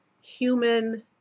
human